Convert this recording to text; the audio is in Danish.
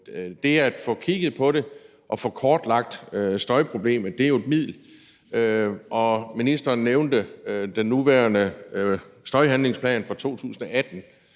Det at få kigget på det og få kortlagt støjproblemet er jo et middel. Ministeren nævnte den nuværende støjhandlingsplan for 2018,